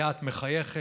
סייעת מחייכת,